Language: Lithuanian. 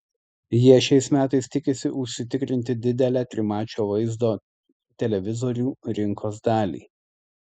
jie šiais metais tikisi užsitikrinti didelę trimačio vaizdo televizorių rinkos dalį